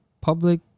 public